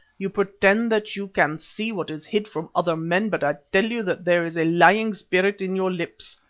you pretend that you can see what is hid from other men, but i tell you that there is a lying spirit in your lips.